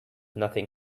nothing